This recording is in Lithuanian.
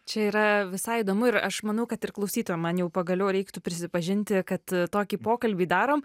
čia yra visai įdomu ir aš manau kad ir klausytojam man jau pagaliau reiktų prisipažinti kad tokį pokalbį darom